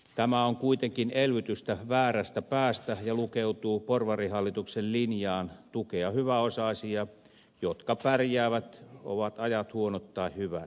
tämä on kuitenkin elvytystä väärästä päästä ja lukeutuu porvarihallituksen linjaan tukea hyväosaisia jotka pärjäävät ovat ajat huonot tai hyvät